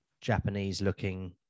Japanese-looking